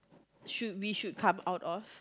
should we should come out of